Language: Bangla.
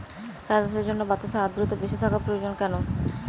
চা চাষের জন্য বাতাসে আর্দ্রতা বেশি থাকা প্রয়োজন কেন?